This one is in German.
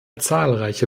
zahlreiche